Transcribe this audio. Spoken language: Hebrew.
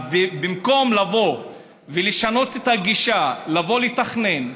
אז במקום לבוא ולשנות את הגישה ולבוא לתכנן,